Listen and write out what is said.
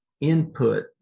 input